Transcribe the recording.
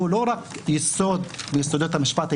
לא רק יסוד ביסודות המשפט הישראלי,